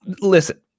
listen